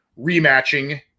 rematching